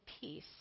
peace